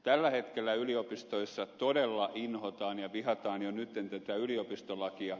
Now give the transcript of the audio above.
tällä hetkellä yliopistoissa todella inhotaan ja vihataan jo nyt tätä yliopistolakia